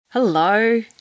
Hello